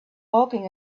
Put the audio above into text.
walking